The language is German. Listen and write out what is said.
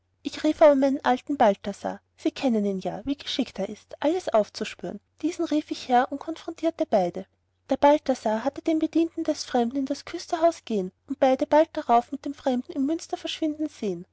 ich rief aber meinen alten balthasar sie kennen ihn ja wie geschickt er ist alles aufzuspüren diesen rief ich her und konfrontierte beide der balthasar hatte den bedienten des fremden in des küsters haus gehen und beide bald darauf mit dem fremden im münster verschwinden sehen